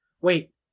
wait